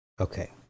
Okay